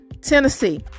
Tennessee